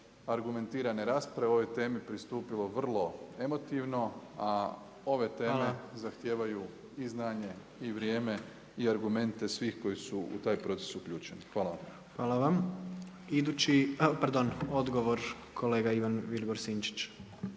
argumentirane rasprave ove teme pristupilo vrlo emotivno, a ove teme zahtijevaju i znanje i vrijeme i argumente svih koji su u taj proces uključeni. Hvala. **Jandroković, Gordan (HDZ)** Hvala vam. Odgovor kolega Ivan Vilibor Sinčić.